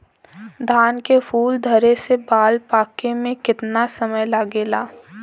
धान के फूल धरे से बाल पाके में कितना समय लागेला?